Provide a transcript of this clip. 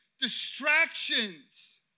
distractions